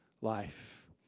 life